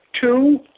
two